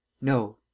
No